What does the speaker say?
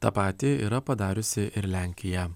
tą patį yra padariusi ir lenkija